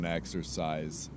exercise